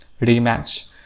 rematch